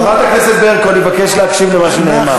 חברת הכנסת ברקו, אני מבקש להקשיב למה שנאמר.